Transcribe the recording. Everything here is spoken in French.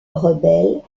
rebelles